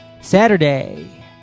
Saturday